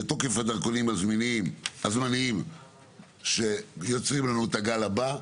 תוקף הדרכונים הזמניים שיוצרים לנו את הגל הבא,